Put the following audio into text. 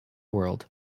world